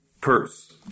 purse